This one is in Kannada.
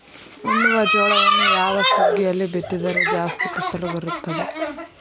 ಉಣ್ಣುವ ಜೋಳವನ್ನು ಯಾವ ಸುಗ್ಗಿಯಲ್ಲಿ ಬಿತ್ತಿದರೆ ಜಾಸ್ತಿ ಫಸಲು ಬರುತ್ತದೆ?